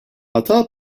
hata